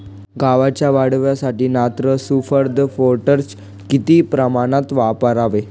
गव्हाच्या वाढीसाठी नत्र, स्फुरद, पोटॅश किती प्रमाणात वापरावे?